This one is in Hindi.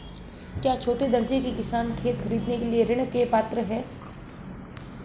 क्या छोटे दर्जे के किसान खेत खरीदने के लिए ऋृण के पात्र हैं?